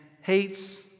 hates